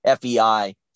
FEI